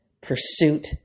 pursuit